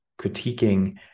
critiquing